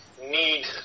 need